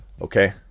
Okay